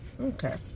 Okay